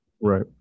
Right